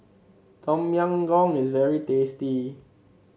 Tom Yam Goong is very tasty